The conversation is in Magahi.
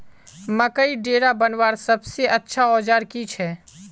मकईर डेरा बनवार सबसे अच्छा औजार की छे?